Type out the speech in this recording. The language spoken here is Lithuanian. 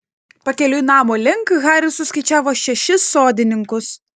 pakeliui namo link haris suskaičiavo šešis sodininkus